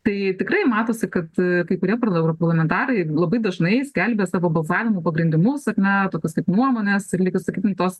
tai tikrai matosi kad kai kurie europarlamentarai labai dažnai skelbia savo balsavimų pagrindimus ar ne tokius kaip nuomonės ir lyg ir sakytum tos